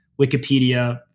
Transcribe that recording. Wikipedia